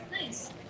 Nice